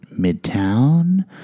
midtown